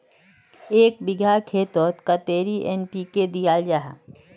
एक बिगहा खेतोत कतेरी एन.पी.के दियाल जहा?